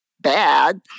bad